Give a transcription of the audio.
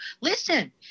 Listen